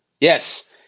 Yes